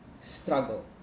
struggle